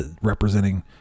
representing